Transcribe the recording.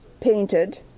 painted